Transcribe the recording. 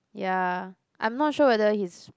ya I'm not sure whether he's